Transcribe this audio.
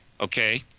Okay